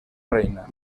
reina